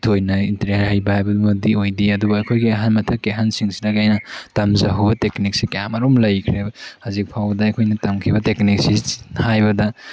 ꯊꯣꯏꯅ ꯍꯩꯕ ꯍꯥꯏꯕꯗꯨꯃꯗꯤ ꯑꯣꯏꯗꯦ ꯑꯗꯨꯕꯨ ꯑꯩꯈꯣꯏꯒꯤ ꯑꯍꯟ ꯃꯊꯛꯀꯤ ꯑꯍꯟꯁꯤꯡꯁꯤꯗꯒꯤ ꯑꯩꯅ ꯇꯝꯖꯍꯧꯕ ꯇꯦꯛꯅꯤꯛꯁꯤ ꯀꯌꯥꯃꯔꯨꯝ ꯂꯩꯈ꯭ꯔꯦꯕ ꯍꯧꯖꯤꯛ ꯐꯥꯎꯕꯗ ꯑꯩꯈꯣꯏꯅ ꯇꯝꯈꯤꯕ ꯇꯦꯛꯅꯤꯛꯁꯤ ꯍꯥꯏꯕꯗ